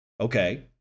Okay